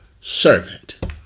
servant